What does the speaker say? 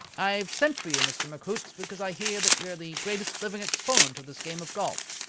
i have sent for you, mr. mchoots, because i hear that you are the greatest living exponent of this game of golf.